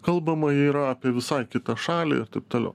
kalbama yra apie visai kitą šalį ir taip toliau